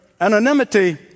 anonymity